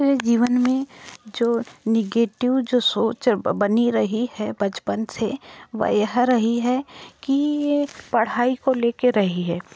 जीवन में जो नेगेटिव जो सोच बनी रही है बचपन से वह यह रही है कि पढ़ाई को लेके रही है